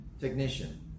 technician